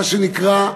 מה שנקרא,